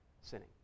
sinning